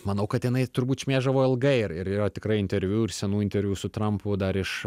manau kad jinai turbūt šmėžavo ilgai ir ir yra tikrai interviu ir senų interviu su trampu dar iš